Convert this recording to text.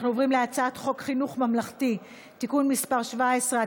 אנחנו עוברים להצעת חוק חינוך ממלכתי (תיקון מס' 17),